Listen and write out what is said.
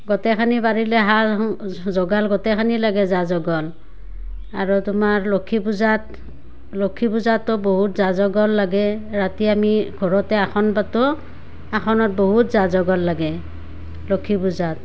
গোটেইখানি বাঢ়িলে হাঁহ যোগাৰ গোটেইখিনিয়ে লাগে যা যোগাৰ আৰু তোমাৰ লক্ষী পূজাত লক্ষী পূজাতো বহুত যা যগৰ লাগে ৰাতি আমি ঘৰতে আসন পাতোঁ আসনত বহুত যা যগৰ লাগে লক্ষী পূজাত